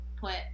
put